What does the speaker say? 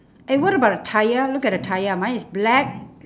eh wait about the tyre look at the tyre mine is black